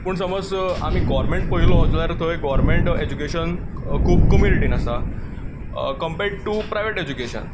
पूण समज आमी गव्हर्मेंट पळयलो जाल्यार थंय गव्हर्मेंट एज्युकेशन खूब कमी रेटीन आसा कम्पेर्ड टू प्रायवेट एज्युकेशन